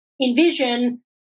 envision